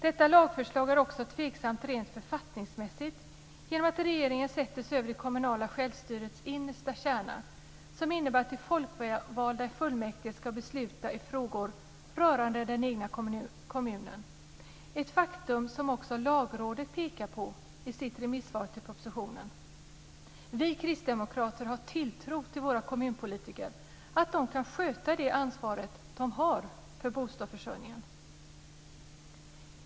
Detta lagförslag är också tveksamt rent författningsmässigt genom att regeringen sätter sig över det kommunala självstyrets innersta kärna som innebär att de folkvalda i fullmäktige ska besluta i frågor rörande den egna kommunen, ett faktum som också Lagrådet pekar på i sitt remissvar till propositionen. Vi kristdemokrater har tilltro till våra kommunpolitiker och deras förmåga att sköta det ansvar de har för bostadsförsörjningen .